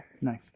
Nice